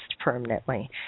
permanently